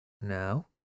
now